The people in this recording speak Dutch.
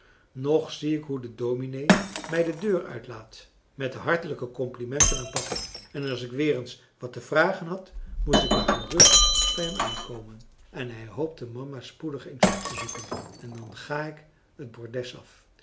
nog zie ik hoe de dominee mij de deur uitlaat met de hartelijke complimenten aan papa en als ik weer eens wat te vragen had moest ik maar gerust bij hem aankomen en hij hoopte mama spoedig eens op te zoeken en dan ga ik het bordes af